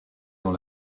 dans